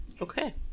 Okay